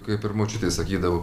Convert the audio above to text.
kaip ir močiutė sakydavo